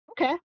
Okay